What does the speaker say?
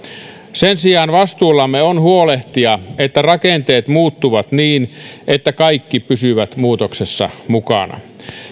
sen sijaan vastuullamme on huolehtia että rakenteet muuttuvat niin että kaikki pysyvät muutoksessa mukana